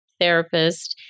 therapist